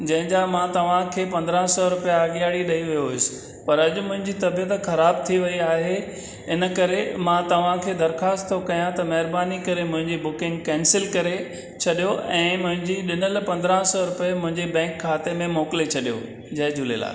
जंहिंजा मां तव्हांखे पंदिरहं सौ रुपिया दिहाड़ी ॾेइ वियो हुयुसि पर अॼु मुंहिंजी तबियत ख़राब थी वई आहे इन करे मां तव्हांखे दरख़्वास्त थो करियां त महिरबानी करे मुंहिंजी बुकिंग कैंसल करे छॾियो ऐं मुंहिंजा ॾिनल पंदिरहं सौ रुपिया मुंहिंजे बैंक खाते में मोकिले छॾियो जय झूलेलाल